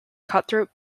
cutthroat